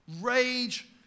rage